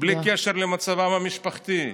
בלי קשר למצבם המשפחתי.